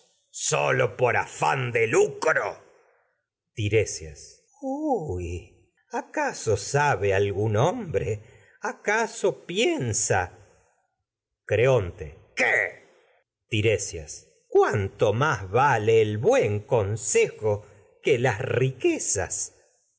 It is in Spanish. tiresias por afán de lucro huy acaso sabe algiín hombre acaso piensa creonte tiresias qué cuánto más vale el buen consejo que las riquezas